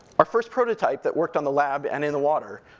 our first prototype that worked on the lab, and in the water,